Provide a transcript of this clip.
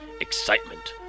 excitement